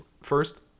First